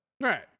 Right